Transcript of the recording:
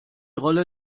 rolle